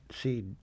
see